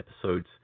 episodes